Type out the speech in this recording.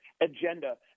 agenda